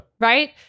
Right